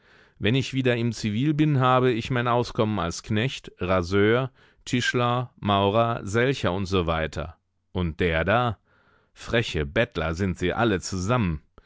wenn ich wieder im zivil bin habe ich mein auskommen als knecht raseur tischler maurer selcher usw und der da freche bettler sind sie alle zusammen